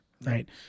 Right